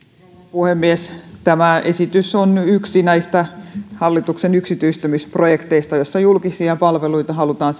puhemies tämä esitys on yksi näistä hallituksen yksityistämisprojekteista joissa julkisia palveluita halutaan